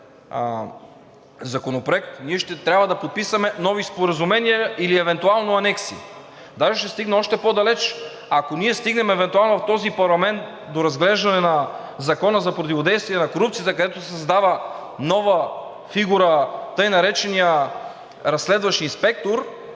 Законопроект, ние ще трябва да подписваме нови споразумения или евентуално анекси. Даже ще стигна още по-далеч. Ако ние стигнем евентуално в този парламент до разглеждане на Закона за противодействие на корупцията, където се създава нова фигура, така нареченият разследващ инспектор,